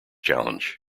challenge